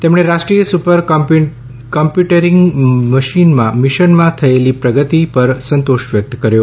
તેમણે રાષ્ટ્રીય સુપરકોમ્પ્યુટિંગ મિશનમાં થયેલી પ્રગતિ પર સંતોષ વ્યક્ત કર્યો